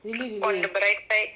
really really